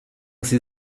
sie